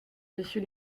dessus